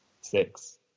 Six